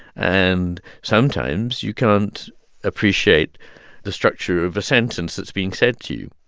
and sometimes you can't appreciate the structure of a sentence that's being said to you.